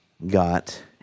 Got